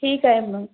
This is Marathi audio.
ठीक आहे मग